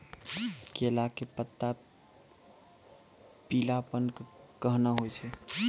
केला के पत्ता पीलापन कहना हो छै?